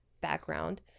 background